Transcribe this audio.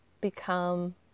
become